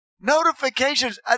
Notifications